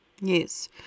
Yes